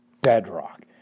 bedrock